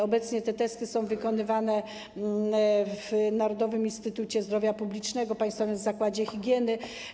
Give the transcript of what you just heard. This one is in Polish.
Obecnie te testy są wykonywane w Narodowym Instytucie Zdrowia Publicznego Państwowym Zakładzie Higieny.